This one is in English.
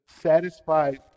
satisfied